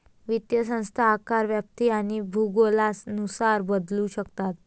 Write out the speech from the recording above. वित्तीय संस्था आकार, व्याप्ती आणि भूगोलानुसार बदलू शकतात